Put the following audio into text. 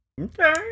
okay